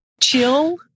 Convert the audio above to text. chill